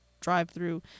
drive-through